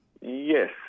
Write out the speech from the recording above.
Yes